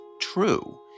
true